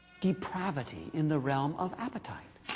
depravity in the realm of appetite.